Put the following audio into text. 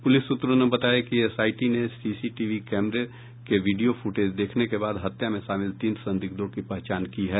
police सत्रों ने बताया कि एसआईटी ने सीसीटीवी कैमरे के वीडियो फूटेज देखने के बाद हत्या में शामिल तीन संदिग्धों की पहचान की है